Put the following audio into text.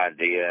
idea